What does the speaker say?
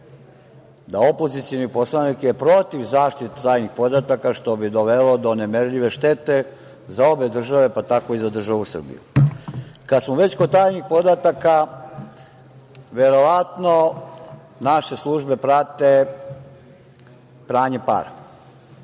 je opozicioni poslanik protiv zaštite tajnih podataka, što bi dovelo do nemerljive štete za obe države, pa tako i za državu Srbiju. Kad smo već kod tajnih podataka, verovatno naše službe prate pranje para.